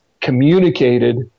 communicated